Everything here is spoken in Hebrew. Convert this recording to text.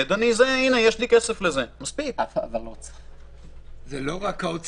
דיברנו על זה גם אז בתיקון אנחנו מדברים פה על פלח